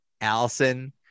Allison